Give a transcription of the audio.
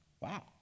Wow